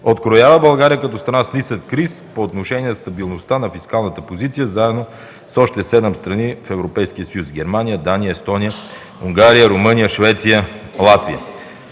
откроява България като страна с нисък риск по отношение стабилността на фискалната позиция заедно с още седем страни в Европейския съюз – Германия, Дания, Естония, Унгария, Румъния, Швеция, Латвия.